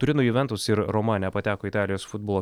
turino juventus ir roma nepateko italijos futbolo